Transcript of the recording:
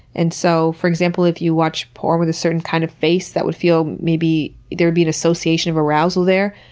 and so for example, if you watch porn with a certain kind of face that would feel maybe there'd be an association of arousal there.